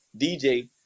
DJ